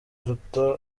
aruta